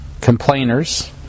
complainers